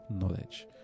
knowledge